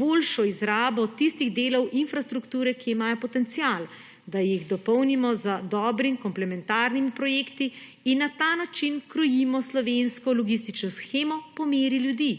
boljšo izrabo tistih delov infrastrukture, ki imajo potencial, da jih dopolnimo z dobrimi komplementarnimi projekti in na ta način krojimo slovensko logistično shemo po meri ljudi.